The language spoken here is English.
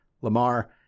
Lamar